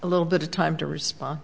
a little bit of time to respond